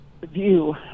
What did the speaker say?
view